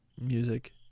music